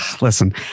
Listen